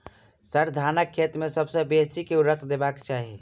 sir, धानक खेत मे सबसँ बेसी केँ ऊर्वरक देबाक चाहि